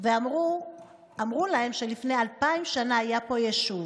ואמרו להם שלפני אלפיים שנים היה פה יישוב.